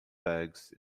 pegs